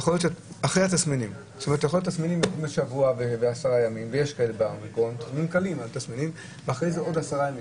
יכול להיות שהתסמינים יופיעו לשבוע או ל-10 ימים ואחר כך עוד 10 ימים.